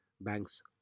Banks